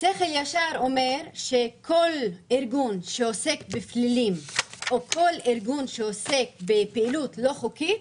שכל ישר אומר שכל ארגון שעוסק בפלילים או בפעילות לא חוקית